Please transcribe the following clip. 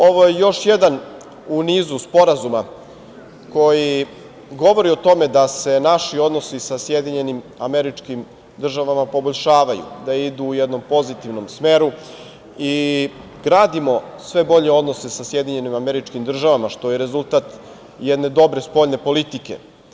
Ovo je još jedan u nizu sporazuma koji govori o tome da se naši odnosi sa SAD poboljšavaju, da idu u jednom pozitivnom smeru i gradimo sve bolje odnose sa SAD, što je rezultat jedne dobre spoljne politike.